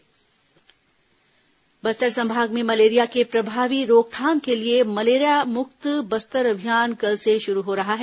Bastar malaria अभियान बस्तर संभाग में मलेरिया के प्रभावी रोकथाम के लिए मलेरिया मुक्त बस्तर अभियान कल से शुरू हो रहा है